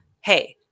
Hey